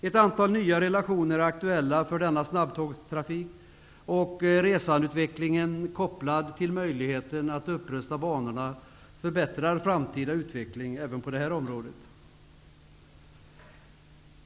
Ett antal nya relationer är aktuella för denna snabbtågstrafik, och resandeutvecklingen kopplad till möjligheten att upprusta banorna förbättrar framtida utveckling även på detta område.